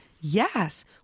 Yes